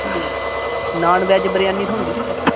non veg biryani थ्होंदी